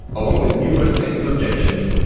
along with numerous technical objections,